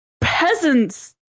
peasants